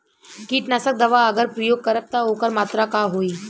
कीटनाशक दवा अगर प्रयोग करब त ओकर मात्रा का होई?